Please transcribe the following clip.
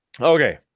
Okay